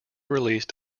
released